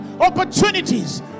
Opportunities